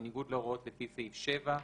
בניגוד להוראות לפי סעיף 7,